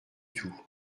tout